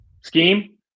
scheme